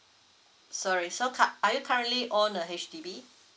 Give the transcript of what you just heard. sorry so curr~ are you currently own a H_D_B